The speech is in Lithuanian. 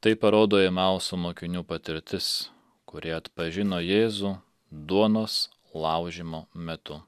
tai parodo emauso mokinių patirtis kurie atpažino jėzų duonos laužymo metu